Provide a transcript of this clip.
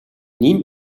нэн